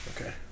Okay